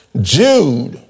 Jude